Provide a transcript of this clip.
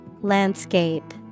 Landscape